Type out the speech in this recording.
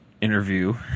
interview